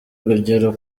urugero